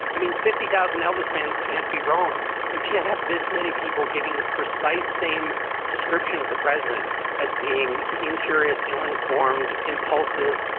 i mean, fifty thousand elvis fans can't be wrong. you can't have this many people giving the precise same description of the president as being incurious, ill informed, impulsive.